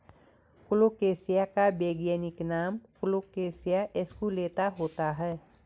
colocasia का वैज्ञानिक नाम कोलोकेशिया एस्कुलेंता होता है